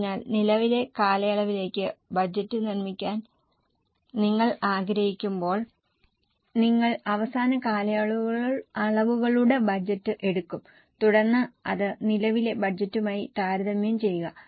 അതിനാൽ നിലവിലെ കാലയളവിലേക്ക് ബജറ്റ് നിർമ്മിക്കാൻ നിങ്ങൾ ആഗ്രഹിക്കുമ്പോൾ നിങ്ങൾ അവസാന കാലയളവുകളുടെ ബജറ്റ് എടുക്കും തുടർന്ന് അത് നിലവിലെ ബജറ്റുമായി താരതമ്യം ചെയ്യുക